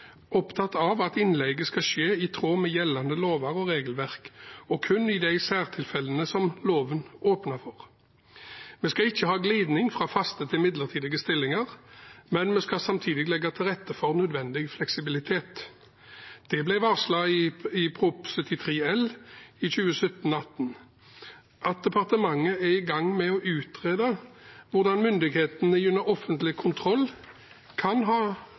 opptatt av at innleie skal skje i tråd med gjeldende lover og regelverk, og kun i de særtilfellene som loven åpner for. Vi skal ikke ha en glidning fra faste til midlertidige stillinger, men vi skal samtidig legge til rette for nødvendig fleksibilitet. Det ble varslet i Prop. 73 L for 2017–2018 at departementet er i gang med å utrede hvordan myndighetene gjennom offentlig kontroll kan